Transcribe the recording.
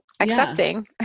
accepting